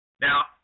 Now